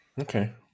okay